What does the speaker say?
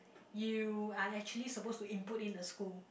you are actually supposed to input in a school